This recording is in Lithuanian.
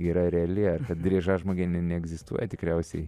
yra reali ar kad driežažmogiai neegzistuoja tikriausiai